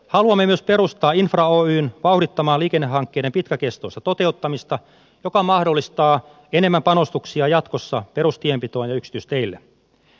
haluamme myös perustaa infra oyn vauhdittamaan liikennehankkeiden pitkäkestoista toteuttamista mikä mahdollistaa jatkossa enemmän panostuksia perustienpitoon ja yksityisteille